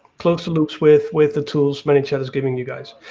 close the loops with with the tools manychat is giving you guys.